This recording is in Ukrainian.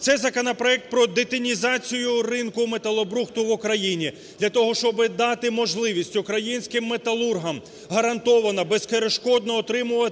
Це законопроект про детінізацію ринку металобрухту в Україні для того, щоб дати можливість українським металургам гарантовано, безперешкодно отримувати